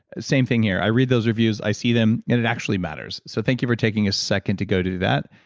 same thing here, i read those reviews, i see them and it actually matters. so thank you for taking a second to go do that.